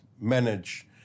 manage